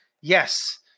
Yes